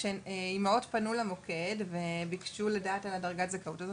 כשאימהות פנו למוקד וביקשו לדעת על דרגת הזכאות הזאת,